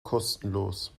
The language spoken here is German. kostenlos